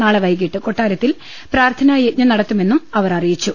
നാളെ വൈകിട്ട് കൊട്ടാരത്തിൽ പ്രാർത്ഥനായജ്ഞം നടത്തുമെന്ന് അവർ അറിയിച്ചു